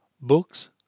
Books